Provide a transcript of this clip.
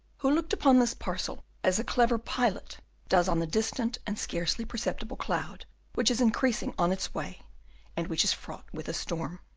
who looked upon this parcel as a clever pilot does on the distant and scarcely perceptible cloud which is increasing on its way and which is fraught with a storm.